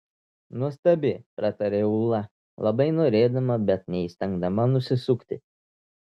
nuostabi prataria ūla labai norėdama bet neįstengdama nusisukti